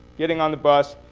getting on the bus,